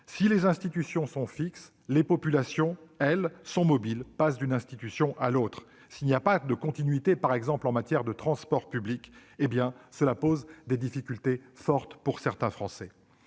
Si les institutions sont fixes, les populations, elles, sont mobiles, passant d'une institution à une autre. S'il n'y a pas de continuité, par exemple en matière de transports publics, cela pose des difficultés graves à certains Français.